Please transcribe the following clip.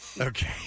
Okay